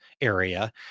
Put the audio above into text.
area